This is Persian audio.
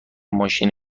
ماشین